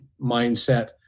mindset